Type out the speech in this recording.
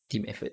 team effort